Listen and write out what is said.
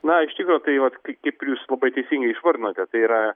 na iš tikro tai vat kaip ir jūs labai teisingai išvardinote tai yra